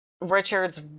richard's